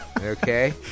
Okay